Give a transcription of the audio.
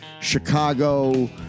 Chicago